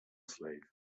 slave